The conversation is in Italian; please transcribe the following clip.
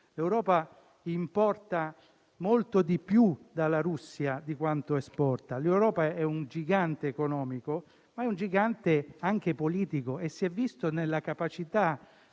L'Europa importa molto di più dalla Russia di quanto esporti. L'Europa è un gigante economico, ma è un gigante anche politico, come si è visto nella capacità